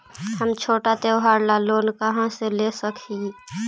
हम छोटा त्योहार ला लोन कहाँ से ले सक ही?